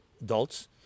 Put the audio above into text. adults